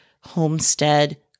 homestead